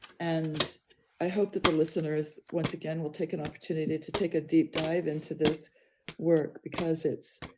and i hope that the listeners, once again will take an opportunity to take a deep dive into this work, because it's,